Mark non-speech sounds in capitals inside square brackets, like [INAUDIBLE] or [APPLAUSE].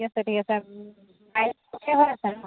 ঠিক আছে ঠিক আছে [UNINTELLIGIBLE] হৈ আছে ন